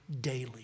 daily